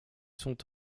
sont